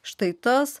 štai tas